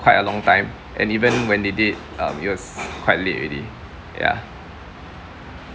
quite a long time and even when they did uh it was quite late already ya